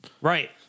Right